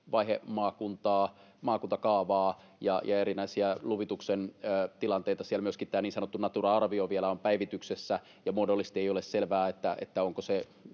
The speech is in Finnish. vaihemaakuntakaavaa, maakuntakaavaa ja on erinäisiä luvituksen tilanteita. Siellä myöskin niin sanottu Natura-arvio on vielä päivityksessä, ja muodollisesti ei ole selvää, onko se